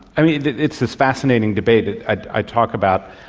it's this fascinating debate that i talk about,